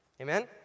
Amen